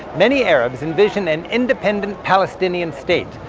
many arabs envision an independent palestinian state,